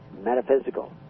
Metaphysical